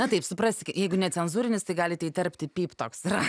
na taip suprask jeigu necenzūrinis tai galite įterpti pypt toks yra